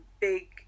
big